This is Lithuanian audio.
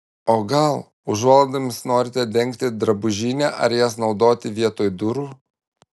o gal užuolaidomis norite dengti drabužinę ar jas naudoti vietoj durų